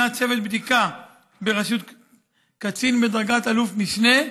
צוות בדיקה בראשות קצין בדרגת אלוף משנה,